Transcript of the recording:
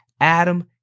Adam